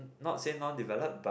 not say non developed but